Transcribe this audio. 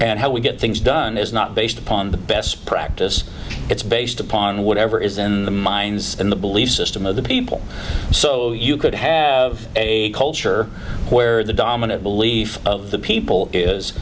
and how we get things done is not based upon the best practice it's based upon whatever is in the minds and the belief system of the people so you could have a culture where the dominant belief of the people is